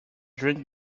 drink